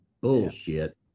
bullshit